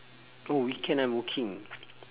bro weekend I working